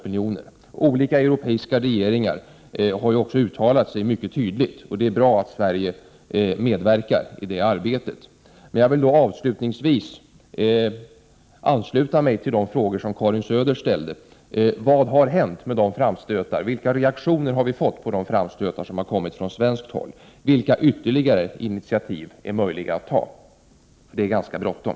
Olika 22 november 1988 europeiska regeringar har också uttalat sig mycket tydligt, och det är bra att Sverige medverkar i det arbetet. Jag vill avslutningsvis ansluta mig till de frågor som Karin Söder ställde. Vilka reaktioner har vi fått på de framstötar som gjorts från svenskt håll? Vilka ytterligare initiativ är möjliga att ta? Det är ganska bråttom!